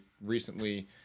recently